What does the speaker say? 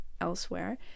elsewhere